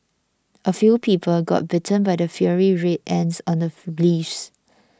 a few people got bitten by the fiery Red Ants on the leaves